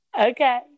Okay